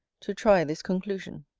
to try this conclusion.